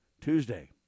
tuesday